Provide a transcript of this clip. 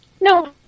no